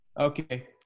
Okay